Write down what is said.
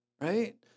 right